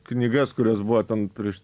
knygas kurios buvo ten prieš